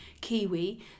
Kiwi